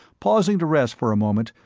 pausing to rest for a moment,